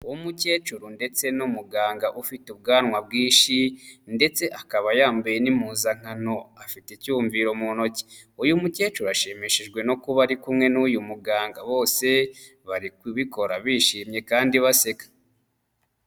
Uwo umukecuru ndetse n'umuganga ufite ubwanwa bwinshi ndetse akaba yambaye n'impuzankano, afite icyumviro mu ntoki. Uyu mukecuru ashimishijwe no kuba ari kumwe n'uyu muganga, bose bari kubikora bishimye kandi baseka.